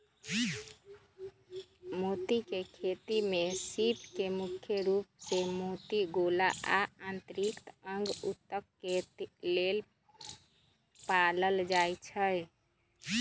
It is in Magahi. मोती के खेती में सीप के मुख्य रूप से मोती गोला आ आन्तरिक अंग उत्तक के लेल पालल जाई छई